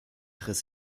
riss